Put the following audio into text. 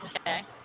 okay